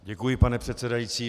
Děkuji, pane předsedající.